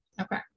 okay